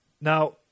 Now